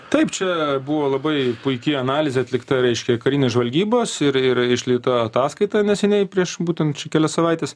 taip čia buvo labai puiki analizė atlikta reiškia karinės žvalgybos ir ir išlyta ataskaitą neseniai prieš būtent šį kelias savaites